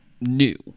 new